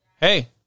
hey